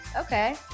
Okay